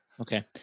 okay